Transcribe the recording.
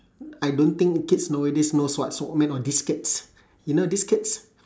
I don't think kids nowadays knows what's walkman or diskettes you know diskettes